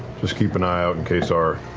just keep an eye out in case our,